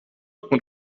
und